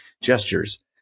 gestures